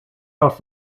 off